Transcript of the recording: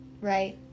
right